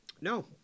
No